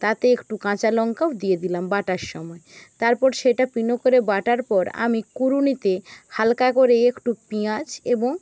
তাতে একটু কাঁচা লঙ্কাও দিয়ে দিলাম বাটার সময় তারপর সেটা পিন্ড করে বাটার পর আমি কুড়ুনিতে হালকা করে একটু পেঁয়াজ এবং